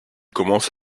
commence